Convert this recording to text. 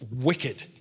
wicked